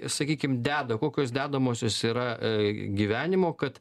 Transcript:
sakykim deda kokios dedamosios yra gyvenimo kad